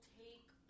take